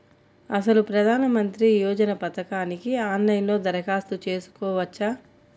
అసలు ప్రధాన మంత్రి యోజన పథకానికి ఆన్లైన్లో దరఖాస్తు చేసుకోవచ్చా?